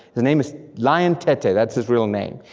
his name is lion tete, that's his real name,